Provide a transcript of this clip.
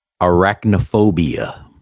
Arachnophobia